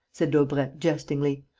said daubrecq, jestingly,